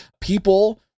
people